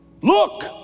look